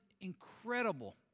incredible